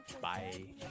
Bye